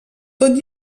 tot